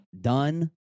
done